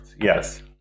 Yes